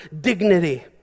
dignity